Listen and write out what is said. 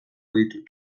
ditut